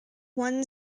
one